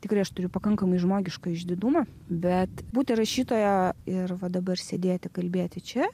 tikrai aš turiu pakankamai žmogišką išdidumą bet būti rašytoja ir va dabar sėdėti kalbėti čia